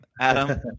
Adam